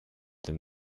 than